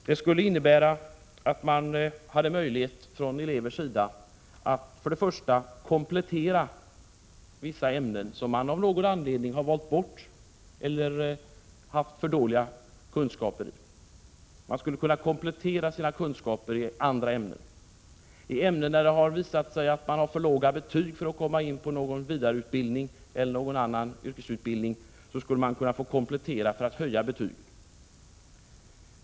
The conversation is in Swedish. Det skulle innebära att eleverna hade möjlighet att först och främst komplettera vissa ämnen som de av någon anledning har valt bort eller har haft för dåliga kunskaper i. De skulle också kunna få komplettera sina kunskaper och höja sina betyg i ämnen där det har visat sig att deras betyg är för dåliga för att de skall kunna komma in på någon vidareutbildning eller någon annan yrkesutbildning.